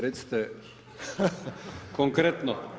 Recite konkretno.